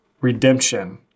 redemption